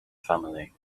family